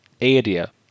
area